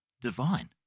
divine